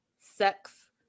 sex